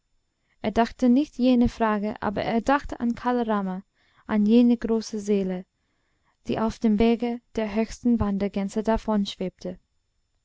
er dachte nicht jene frage aber er dachte an kala rama an jene große seele die auf dem wege der höchsten wandergänse davon schwebte